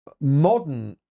modern